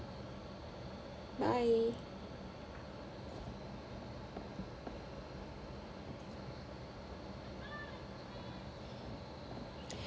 bye